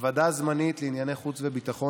בוועדה הזמנית לענייני חוץ וביטחון